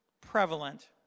prevalent